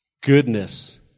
goodness